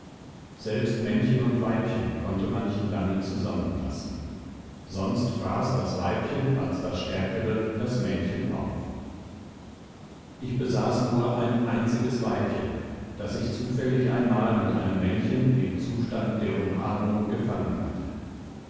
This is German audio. selbst männchen und weibchen konnte man nicht lange zusammenlassen sonst fraß das weibchen als das stärkere das männchen auf ich besaß nur ein einziges weibchen das ich zufällig einmal mit einem männchen im zustand der umarmung gefangen hatte